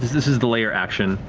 this is the lair action.